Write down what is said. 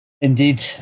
Indeed